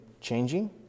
changing